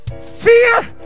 Fear